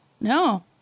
no